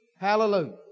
Hallelujah